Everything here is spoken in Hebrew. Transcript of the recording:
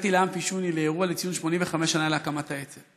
הגעתי לאמפי שוני לאירוע לציון 85 שנה להקמת האצ"ל.